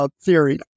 Theory